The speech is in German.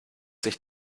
sich